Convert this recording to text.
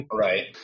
right